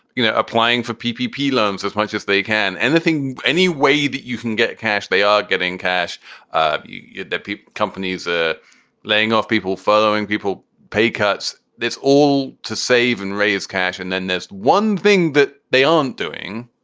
you know, applying for p p. loans as much as they can, anything any way that you can get cash, they are getting cash ah that people companies are laying off, people following people pay cuts. that's all to save and raise cash. and then there's one thing that they aren't doing.